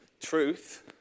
Truth